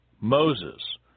Moses